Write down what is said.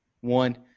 one